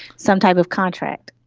some type of contract.